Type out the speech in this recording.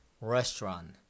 restaurant